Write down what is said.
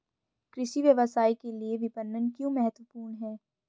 कृषि व्यवसाय के लिए विपणन क्यों महत्वपूर्ण है?